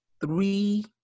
three